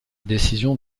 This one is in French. décision